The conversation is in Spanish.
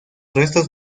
restos